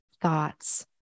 thoughts